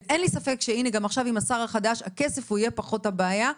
ואין לי ספק שעם השר החדש הכסף יהיה פחות הבעיה.